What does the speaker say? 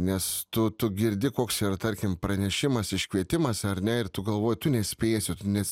nes tu tu girdi koks yra tarkim pranešimas iškvietimas ar ne ir tu galvoji tu nespėsi tu ne